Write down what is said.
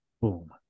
Boom